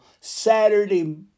Saturday